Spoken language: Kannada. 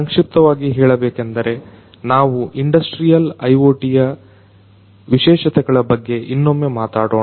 ಸಂಕ್ಷಿಪ್ತವಾಗಿ ಹೇಳಬೇಕೆಂದರೆ ನಾವು ಇಂಡಸ್ಟ್ರಿಯಲ್ IoTಯ ವಿಶೇಷತೆಗಳ ಬಗ್ಗೆ ಇನ್ನೊಮ್ಮೆ ಮಾತಾಡೋಣ